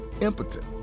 impotent